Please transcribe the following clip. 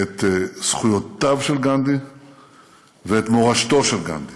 את זכויותיו של גנדי ואת מורשתו של גנדי.